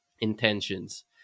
intentions